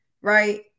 Right